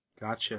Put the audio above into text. Gotcha